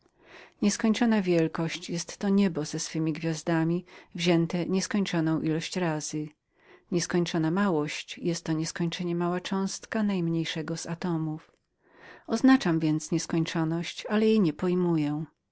nieskończona wielkość jest to niebo ze swemi gwiazdami podniesione do nieskończonej potęgi nieskończona małość jest to nieskończony pierwiastek z najmniejszej części atomu oznaczam więc nieskończoność ale jej jednak nie pojmuję